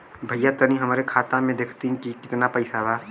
भईया तनि हमरे खाता में देखती की कितना पइसा बा?